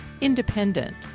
independent